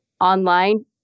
online